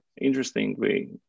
interestingly